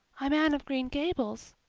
i'm anne of green gables,